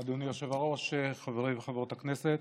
אדוני היושב-ראש, חברי וחברות הכנסת,